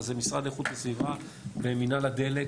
אז זה המשרד לאיכות הסביבה ומינהל הדלק